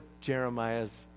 Jeremiah's